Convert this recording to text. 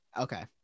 Okay